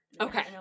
Okay